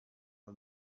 mal